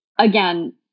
Again